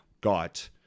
got